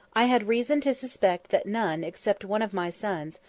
i had reason to suspect that none, except one of my sons,